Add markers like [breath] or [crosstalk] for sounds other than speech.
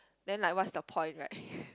then like what's the point right [breath]